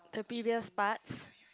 the previous parts